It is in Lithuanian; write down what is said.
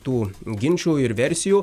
tų ginčų ir versijų